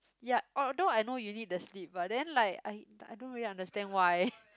ya although I know you need the sleep but then like I I don't really understand why